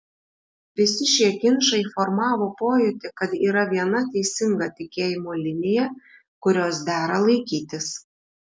visi šie ginčai formavo pojūtį kad yra viena teisinga tikėjimo linija kurios dera laikytis